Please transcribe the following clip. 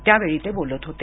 त्यावेळी ते बोलत होते